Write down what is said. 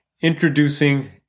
introducing